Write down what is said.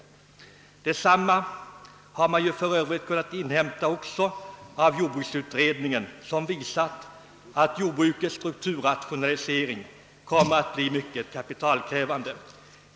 Detsamma har man för övrigt kunnat inhämta också av jordbruksutredningen, som visat att jordbrukets strukturrationalisering kommer att bli mycket kapitalkrävande.